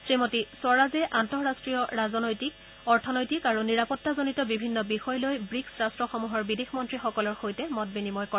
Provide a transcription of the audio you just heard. শ্ৰীমতী স্বৰাজে আন্তঃৰাট্টীয় ৰাজনৈতিক অৰ্থনৈতিক আৰু নিৰাপত্তাজনিত বিভিন্ন বিষয় লৈ ৱীক্ছ ৰাট্টসমূহৰ বিদেশ মন্ত্ৰীসকলৰ সৈতে মত বিনিময় কৰে